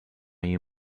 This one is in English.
you